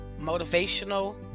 motivational